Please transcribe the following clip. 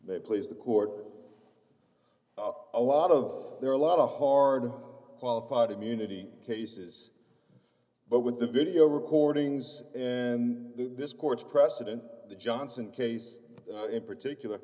they please the court d a lot of there are a lot of hard qualified immunity cases but with the video recordings and this court's precedent the johnson case in particular